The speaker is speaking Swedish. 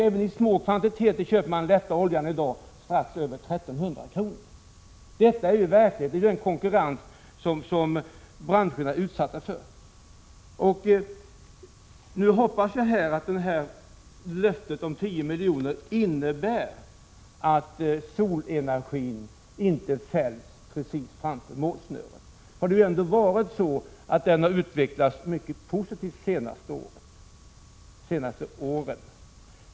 Även i små kvantiteter köper man i dag den lätta oljan för strax över 1 300 kr. Detta är ju verkligheten i den konkurrens som branscherna är utsatta för. Nu hoppas jag att löftet om 10 milj.kr. innebär att solenergin inte fälls precis framför målsnöret. Den har ju ändå utvecklats mycket positivt under de senaste åren.